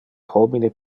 homine